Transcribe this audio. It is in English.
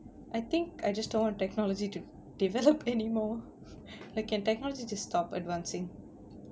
I think I just don't want technology to develop anymore like can technology just stop advancing